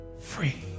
free